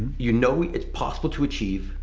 you know it's possible to achieve,